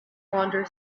wander